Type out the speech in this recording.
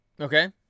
Okay